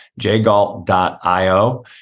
jgalt.io